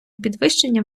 підвищення